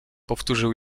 powtórzył